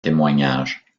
témoignage